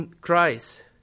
Christ